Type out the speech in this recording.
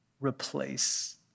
replace